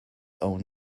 own